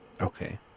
okay